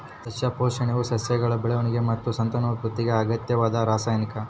ಸಸ್ಯ ಪೋಷಣೆಯು ಸಸ್ಯಗಳ ಬೆಳವಣಿಗೆ ಮತ್ತು ಸಂತಾನೋತ್ಪತ್ತಿಗೆ ಅಗತ್ಯವಾದ ರಾಸಾಯನಿಕ